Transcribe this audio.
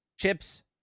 chips